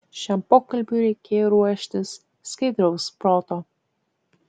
šiam pokalbiui reikėjo ruoštis skaidraus proto